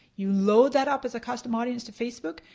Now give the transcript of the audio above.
you load that up as a custom audience to facebook,